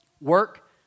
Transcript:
Work